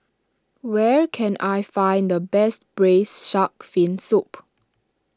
where can I find the best Braised Shark Fin Soup